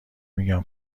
میگن